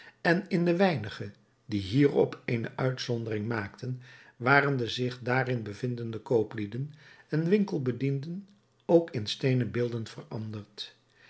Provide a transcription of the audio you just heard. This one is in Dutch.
en in de weinige die hierop eene uitzondering maakten waren de zich daarin bevindende kooplieden en winkelbedienden ook in steenen beelden veranderd